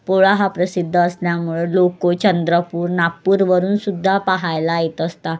पोळा हा प्रसिद्ध असल्यामुळं लोक चंद्रपूर नागपूरवरूनसुद्धा पहायला येत असतात